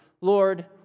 Lord